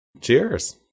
Cheers